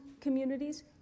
communities